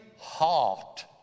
heart